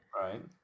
right